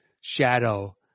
shadow